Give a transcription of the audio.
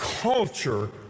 culture